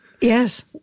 Yes